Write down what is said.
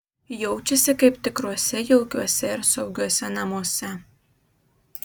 jaučiasi kaip tikruose jaukiuose ir saugiuose namuose